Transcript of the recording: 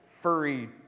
furry